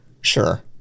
Sure